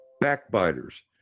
backbiters